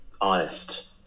honest